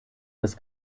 des